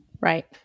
Right